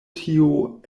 tio